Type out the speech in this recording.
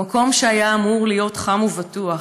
במקום שהיה אמור להיות חם ובטוח.